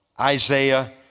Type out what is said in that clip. Isaiah